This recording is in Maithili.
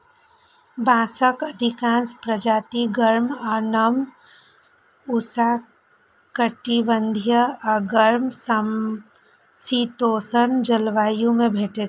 बांसक अधिकांश प्रजाति गर्म आ नम उष्णकटिबंधीय आ गर्म समशीतोष्ण जलवायु मे भेटै छै